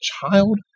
child